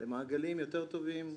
למעגלים יותר טובים,